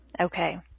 okay